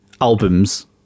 albums